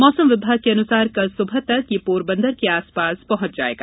मौसम विभाग के अनुसार कल सुबह तक यह पोरबन्दर के आस पास पहुंच जायेगा